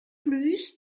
plus